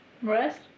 Rest